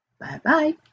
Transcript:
Bye-bye